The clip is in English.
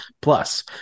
plus